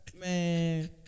Man